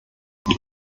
ich